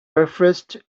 breakfast